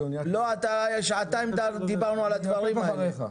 --- שעתיים דיברנו על הדברים האלה.